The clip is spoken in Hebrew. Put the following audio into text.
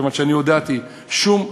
כיוון שאני הודעתי: שום,